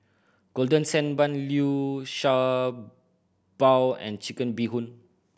Golden Sand Bun Liu Sha Bao and Chicken Bee Hoon